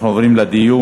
אנחנו עוברים לדיון.